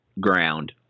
ground